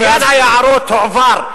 עניין היערות הועבר,